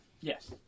Yes